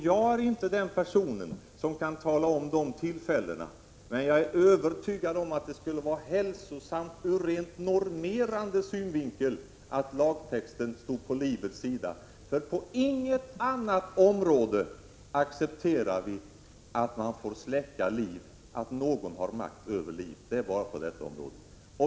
Jag är inte den person som kan tala om de tillfällena, men jag är övertygad om att det skulle vara hälsosamt ur rent normerande synvinkel om lagtexten stod på livets sida. På inget annat område accepterar vi att man försöker släcka liv, att någon har makt över liv — det sker bara på detta område.